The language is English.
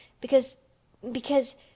because—because—